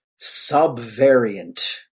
subvariant